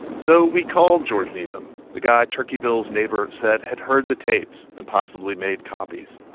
so we called george needham, the guy turkey bill's neighbor said had heard the tapes and possibly made copies